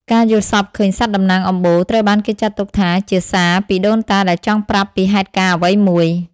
ការយល់សប្តិឃើញសត្វតំណាងអំបូរ ត្រូវបានគេចាត់ទុកថាជា "សារ" ពីដូនតាដែលចង់ប្រាប់ពីហេតុការណ៍អ្វីមួយ។